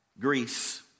Greece